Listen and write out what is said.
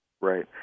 Right